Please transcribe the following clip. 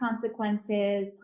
consequences